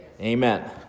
Amen